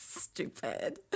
Stupid